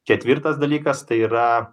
ketvirtas dalykas tai yra